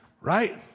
right